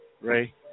Ray